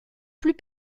plus